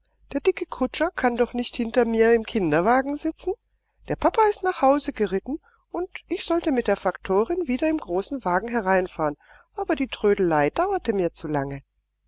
der dicke kutscher kann doch nicht hinter mir im kinderwagen sitzen der papa ist nach hause geritten und ich sollte mit der faktorin wieder im großen wagen hereinfahren aber die trödelei dauerte mir zu lange